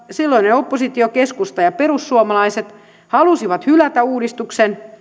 silloinen oppositio keskusta ja perussuomalaiset halusi hylätä uudistuksen